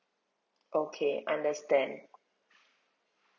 okay understand